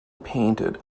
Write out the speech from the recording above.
painted